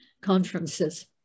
conferences